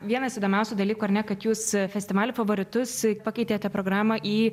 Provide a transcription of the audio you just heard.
vienas įdomiausių dalykų ar ne kad jūs festivalio favoritus pakeitėte programą į